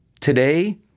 today